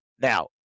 Now